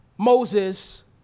Moses